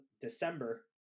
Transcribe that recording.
December